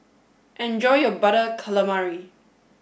enjoy your Butter Calamari